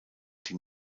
die